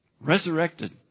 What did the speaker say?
resurrected